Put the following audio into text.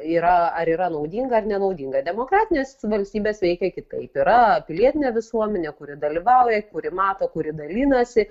yra ar yra naudinga ar nenaudinga demokratinės valstybės veikia kitaip yra pilietinė visuomenė kuri dalyvauja kuri mato kuri dalinasi